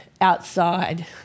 outside